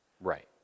Right